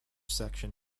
section